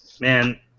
Man